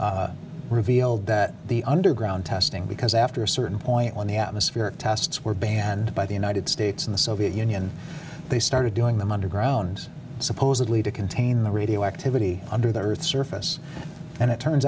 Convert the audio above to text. ago revealed that the underground testing because after a certain point on the atmospheric tests were banned by the united states in the soviet union they started doing them underground supposedly to contain the radioactivity under the earth's surface and it turns